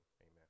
Amen